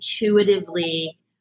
intuitively-